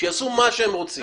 שיעשו מה שהם רוצים.